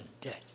death